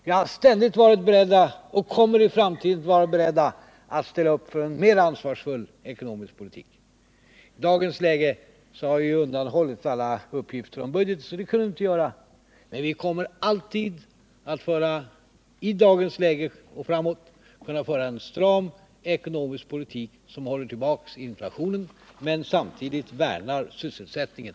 Vi har ständigt varit beredda och kommer i framtiden att vara beredda att ställa upp för en mer ansvarsfull ekonomisk politik. I dagens läge kan vi ingenting göra, eftersom vi har undanhållits alla uppgifter om budgeten, men vi kommer alltid, nu och framöver, att arbeta för en stram ekonomisk politik, som håller tillbaka inflationen men samtidigt värnar sysselsättningen.